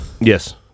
Yes